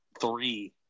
three